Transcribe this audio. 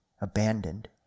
abandoned